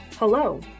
Hello